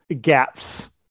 gaps